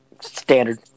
Standard